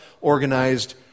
organized